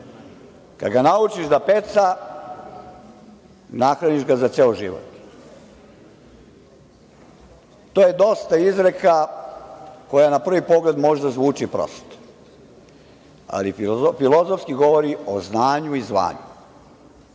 Kada ga naučiš da peca, nahraniš ga za ceo život. To je dosta izreka, koje na prvi pogled možda zvuče prosto, ali filozofski govori o znanju i zvanju. Dakle,